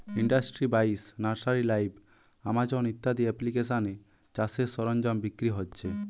industry বাইশ, nursery live, Amazon ইত্যাদি এপ্লিকেশানে চাষের সরঞ্জাম বিক্রি হচ্ছে